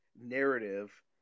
narrative